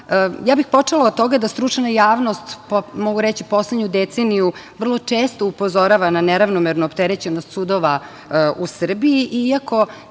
Ja bih počela od toga da stručna javnost, mogu reći, poslednju deceniju vrlo često upozorava na neravnomernu opterećenost sudova u Srbiji,